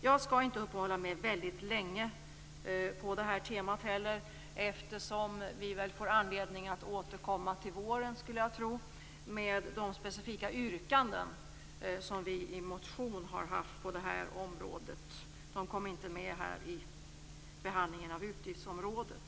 Jag skall inte uppehålla mig länge vid det temat eftersom vi får anledning att återkomma till våren, skulle jag tro, med de specifika yrkanden som vi i motion har haft på det här området. De kom inte med i behandlingen av utgiftsområdet.